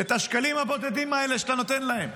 את השקלים הבודדים האלה שאתה נותן להם.